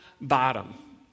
bottom